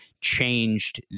changed